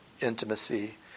intimacy